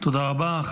תודה רבה.